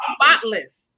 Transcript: spotless